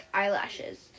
eyelashes